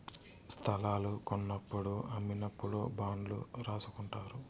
స్తలాలు కొన్నప్పుడు అమ్మినప్పుడు బాండ్లు రాసుకుంటారు